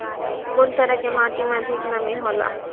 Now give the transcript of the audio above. कुन तरह के माटी में अधिक नमी हौला?